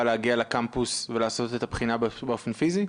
להגיע לקמפוס ולעשות את המבחן באופן פיזי?